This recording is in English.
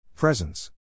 Presence